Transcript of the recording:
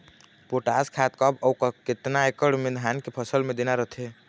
Potash खाद कब अऊ केतना एकड़ मे धान के फसल मे देना रथे?